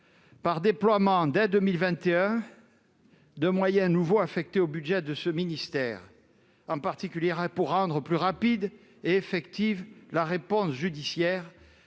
le déploiement, dès 2021, de moyens nouveaux affectés au budget de ce ministère. Il s'agit, en particulier, de rendre plus rapide et effective la réponse judiciaire,